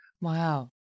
Wow